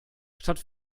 statt